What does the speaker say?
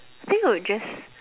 I think I would just